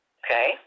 okay